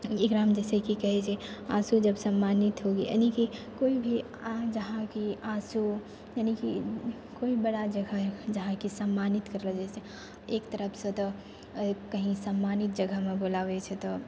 लेकिन एकरामे जे छै से कहै छै आँसू जब सम्मानित होगी यानि कि कोइ भी आ जहाँकि आँसू यानि कि कोइ बड़ा जगह जहाँकि सम्मानित करल जाइ छै एक तरफसँ तऽ कहीँ सम्मानित जगहमे बुलाबै छै तऽ